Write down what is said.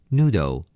Noodle